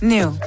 New